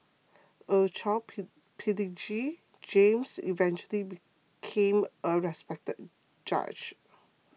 a child prodigy James eventually became a respected judge